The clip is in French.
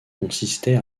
consistait